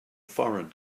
foreign